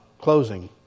closing